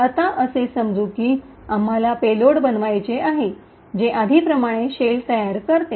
आता असे समजू की आम्हाला पेलोड बनवायचे आहे जे आधीप्रमाणे शेल तयार करते